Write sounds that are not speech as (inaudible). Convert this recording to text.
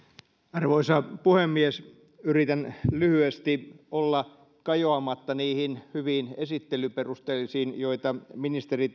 arvoisa puhemies yritän puhua lyhyesti ja olla kajoamatta niihin hyviin esittelyperusteisiin joita ministeri (unintelligible)